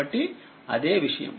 కాబట్టిఅదే విషయం